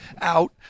out